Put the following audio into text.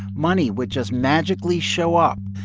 money would just magically show up,